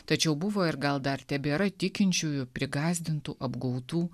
tačiau buvo ir gal dar tebėra tikinčiųjų prigąsdintų apgautų